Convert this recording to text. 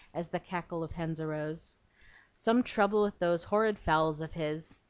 as the cackle of hens arose some trouble with those horrid fowls of his.